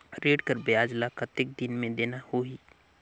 ऋण कर ब्याज ला कतेक दिन मे देना होही?